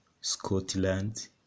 Scotland